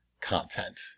content